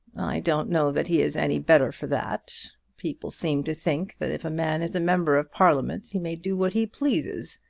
don't know that he is any better for that. people seem to think that if a man is a member of parliament he may do what he pleases.